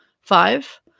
five